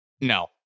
No